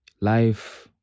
Life